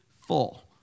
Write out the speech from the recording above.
full